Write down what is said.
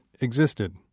existed